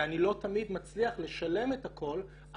ואני לא תמיד מצליח לשלם את הכל עד